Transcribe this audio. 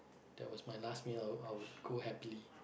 that was my last meal I would I would go happily